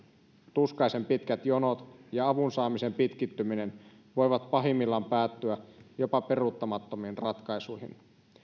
tuskaisen pitkät jonot ja avun saamisen pitkittyminen voivat pahimmillaan päättyä jopa peruuttamattomiin ratkaisuihin